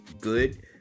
good